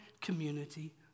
community